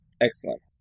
Excellent